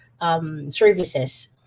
services